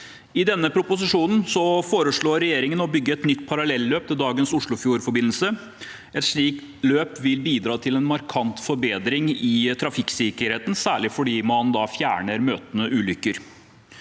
I denne proposisjonen foreslår regjeringen å bygge et nytt parallelløp til dagens oslofjordforbindelse. Et slikt løp vil bidra til en markant forbedring i trafikksikkerheten, særlig fordi man da fjerner muligheten